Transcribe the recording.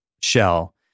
shell